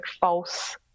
false